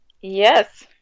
yes